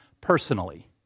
personally